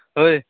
ঐ